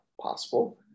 possible